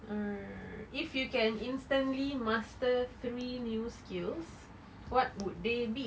err if you can instantly master three new skills what would they be